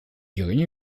geringe